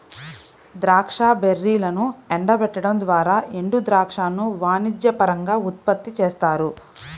ద్రాక్ష బెర్రీలను ఎండబెట్టడం ద్వారా ఎండుద్రాక్షను వాణిజ్యపరంగా ఉత్పత్తి చేస్తారు